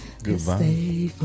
Goodbye